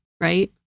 right